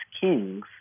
kings